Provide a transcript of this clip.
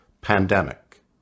pandemic